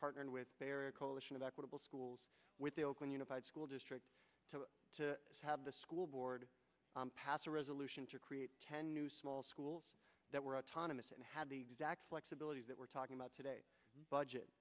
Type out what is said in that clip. partnered with a coalition of equitable schools with the oakland unified school district to have the school board passed a resolution to create ten new small schools that were autonomous and had the exact flexibility that we're talking about today budget